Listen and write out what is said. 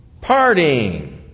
partying